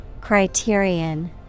Criterion